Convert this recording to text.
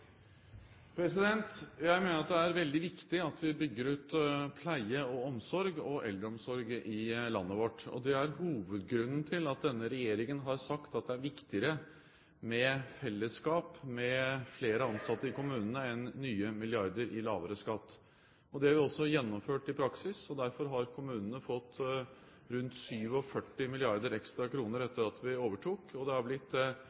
Jeg mener at det er veldig viktig at vi bygger ut pleie og omsorg og eldreomsorg i landet vårt. Det er hovedgrunnen til at denne regjeringen har sagt at det er viktigere med fellesskap, med flere ansatte i kommunene enn nye milliarder i lavere skatt. Det har vi også gjennomført i praksis. Derfor har kommunene fått rundt 47 mrd. kr ekstra etter at vi overtok, og det har blitt